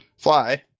Fly